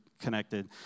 connected